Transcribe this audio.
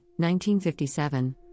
1957